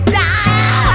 die